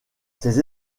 ses